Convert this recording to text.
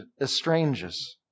estranges